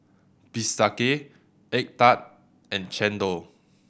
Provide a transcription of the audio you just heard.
Bistake egg tart and Chendol